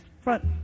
front